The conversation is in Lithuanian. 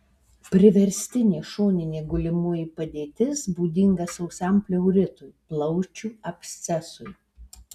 priverstinė šoninė gulimoji padėtis būdinga sausam pleuritui plaučių abscesui